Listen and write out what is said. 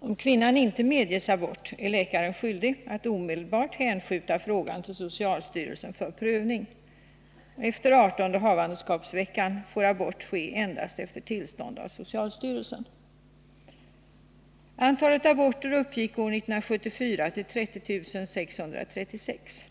Om kvinnan inte medges abort är läkaren skyldig att omedelbart hänskjuta frågan till socialstyrelsen för prövning. Efter artonde havandeskapsveckan får abort ske endast efter tillstånd av socialstyrelsen. Antalet aborter uppgick år 1974 till 30 636.